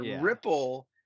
ripple